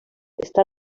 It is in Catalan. està